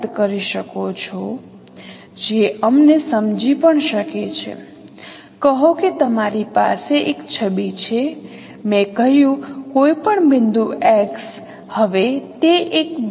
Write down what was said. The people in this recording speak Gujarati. તમે કરી શકો છો આ પરિવર્તિત બિંદુઓનો ઉપયોગ કરીને તમે આ વચ્ચેના મૂળભૂત મેટ્રિક્સની ગણતરી કરી શકો છો અનુરૂપ રૂપાંતરિત બિંદુઓ જ્યાં આ રેન્જ માં આ બધા સંકલનનો ઉપયોગ કરવામાં આવશે